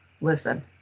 listen